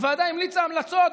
והוועדה המליצה המלצות.